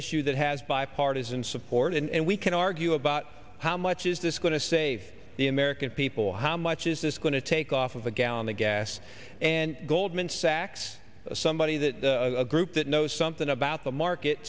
issue that has bipartisan support and we can argue about how much is this going to save the american people how much is this going to take off of a gallon of gas and goldman sachs somebody that a group that knows something about the market